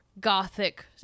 gothic